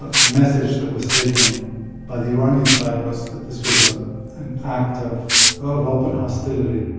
ah the message that was taken by the iranian side was that this was ah an act of of open hostility